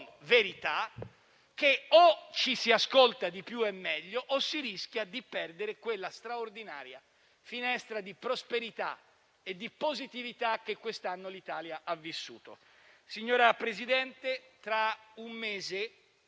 verità che o ci si ascolta di più e meglio o si rischia di perdere quella straordinaria finestra di prosperità e di positività che quest'anno l'Italia ha vissuto. Signora Presidente, tra un mese